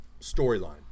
storyline